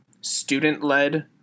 student-led